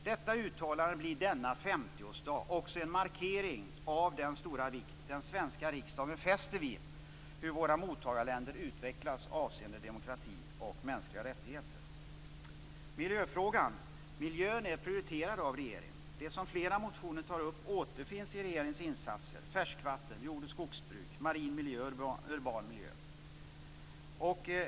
Detta uttalande blir denna 50-årsdag också en markering av den stora vikt den svenska riksdagen fäster vid hur våra mottagarländer utvecklas avseende demokrati och mänskliga rättigheter. Sedan är det miljöfrågan. Miljön är prioriterad av regeringen. Det som tas upp i flera motioner återfinns i regeringens insatser - färskvatten, jord och skogsbruk, marin miljö och urban miljö.